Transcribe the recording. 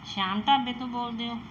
ਸ਼ਾਮ ਢਾਬੇ ਤੋਂ ਬੋਲਦੇ ਹੋ